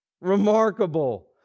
Remarkable